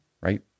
right